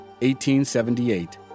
1878